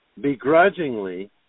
begrudgingly